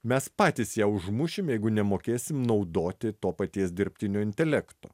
mes patys ją užmušim jeigu nemokėsim naudoti to paties dirbtinio intelekto